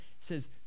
says